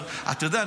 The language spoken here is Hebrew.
אתה יודע,